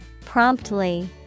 Promptly